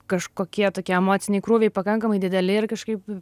kažkokie tokie emociniai krūviai pakankamai dideli ir kažkaip